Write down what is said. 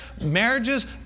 marriages